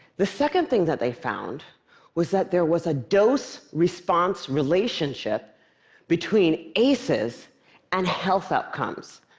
the second thing that they found was that there was a dose-response relationship between aces and health outcomes